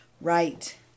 Right